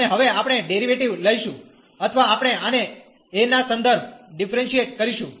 અને હવે આપણે ડેરીવેટીવ લઈશું અથવા આપણે આને a ના સંદર્ભ ડીફરેન્શીયેટ કરીશું